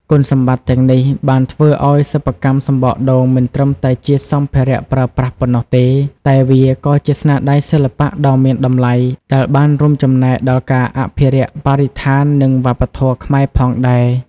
គុណសម្បត្តិទាំងនេះបានធ្វើឱ្យសិប្បកម្មសំបកដូងមិនត្រឹមតែជាសម្ភារៈប្រើប្រាស់ប៉ុណ្ណោះទេ តែវាក៏ជាស្នាដៃសិល្បៈដ៏មានតម្លៃដែលបានរួមចំណែកដល់ការអភិរក្សបរិស្ថាន និងវប្បធម៌ខ្មែរផងដែរ។